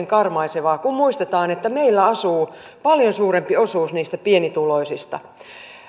karmaisevaa kun muistetaan että meillä asuu siellä paljon suurempi osuus niistä pienituloisista